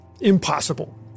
Impossible